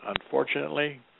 unfortunately